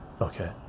okay